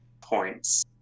points